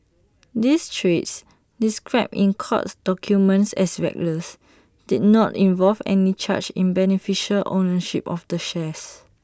these trades described in court documents as reckless did not involve any change in beneficial ownership of the shares